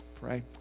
pray